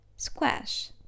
Squash